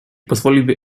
pozwoliłby